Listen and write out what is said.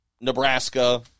Nebraska